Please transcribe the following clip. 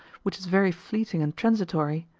which is very fleeting and transitory,